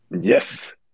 Yes